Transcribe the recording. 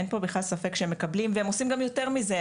אין פה בכלל ספק שהם מקבלים והם עושים גם יותר מזה.